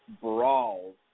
brawls